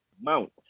Mount